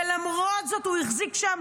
ולמרות זאת הוא החזיק שם,